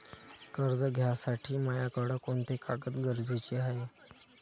कर्ज घ्यासाठी मायाकडं कोंते कागद गरजेचे हाय?